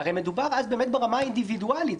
הרי מדובר ברמה האינדיבידואלית.